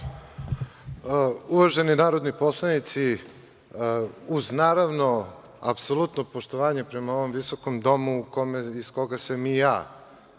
Uvaženi narodni poslanici, naravno, uz apsolutno poštovanje prema ovom visokom domu, iz koga sam i ja